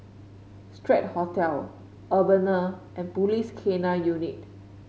Strand Hotel Urbana and Police K Nine Unit